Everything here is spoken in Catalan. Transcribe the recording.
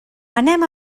anem